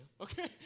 Okay